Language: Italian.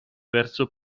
verso